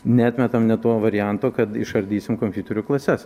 neatmetam net to varianto kad išardysim kompiuterių klases